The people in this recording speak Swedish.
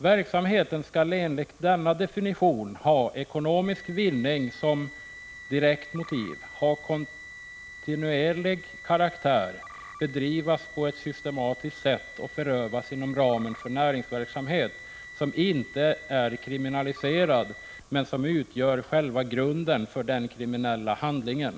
Verksamheten skall enligt denna definition ha ekonomisk vinning som direkt motiv och ha kontinuerlig karaktär samt bedrivas på ett systematiskt sätt och inom ramen för näringsverksamhet som inte är kriminaliserad, men som utgör själva grunden för den kriminella handlingen. Prot.